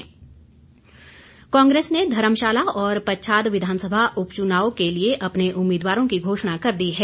उम्मीदवार कांग्रेस ने धर्मशाला और पच्छाद विधानसभा उपचुनाव के लिए अपने उम्मीदवारों की घोषणा कर दी है